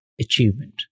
achievement